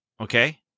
Okay